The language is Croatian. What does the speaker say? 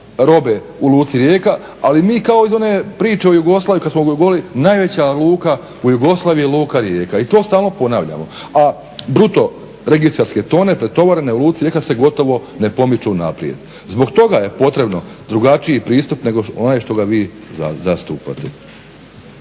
robe u Luci Rijeka, ali mi kao iz one priče o Jugoslaviji kad smo govorili najveća luka u Jugoslaviji je Luka Rijeka i to stalno ponavljamo. A bruto registarske tone pretovarene u Luci Rijeka se gotovo ne pomiču naprijed. Zbog toga je potreban drugačiji pristup nego onaj što ga vi zastupate.